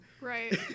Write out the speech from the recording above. Right